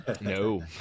No